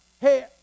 hey